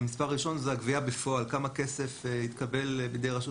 המספר הראשון הוא הגבייה בפועל כמה כסף התקבל בידי רשות